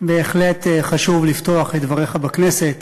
בהחלט חשוב לפתוח את דבריך בכנסת